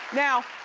now,